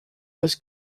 was